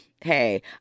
hey